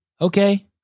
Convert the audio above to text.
Okay